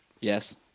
yes